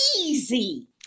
easy